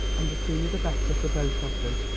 and the sooner the better, for both of them.